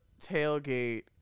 tailgate